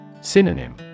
Synonym